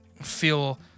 feel